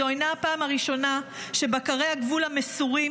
זו אינה הפעם הראשונה שבקרי הגבול המסורים